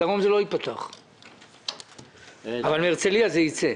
בדרום זה לא ייפתח אבל מהרצליה זה ייצא.